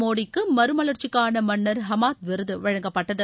மோடிக்கு மறுமவர்ச்சிக்கான மன்னர் ஹமாத் விருது வழங்கப்பட்டது